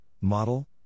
Model